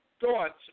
thoughts